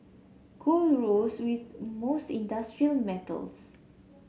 gold rose with most industrial metals